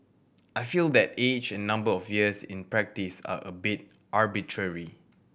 I feel that age and number of years in practice are a bit arbitrary